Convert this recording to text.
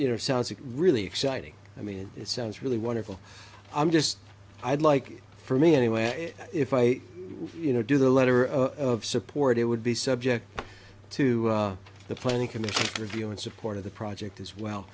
like really exciting i mean it sounds really wonderful i'm just i'd like for me anyway if i you know do the letter of support it would be subject to the planning commission review and support of the project as well